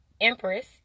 Empress